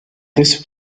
this